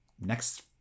next